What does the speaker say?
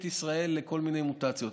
את ישראל לכל מיני מוטציות,